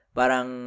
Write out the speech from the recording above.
parang